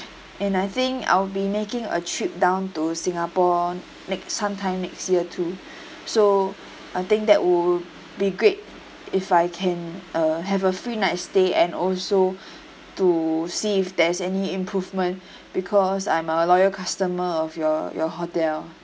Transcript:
and I think I'll be making a trip down to singapore next sometime next year too so I think that would be great if I can uh have a free night stay and also to see if there's any improvement because I'm a loyal customer of your your hotel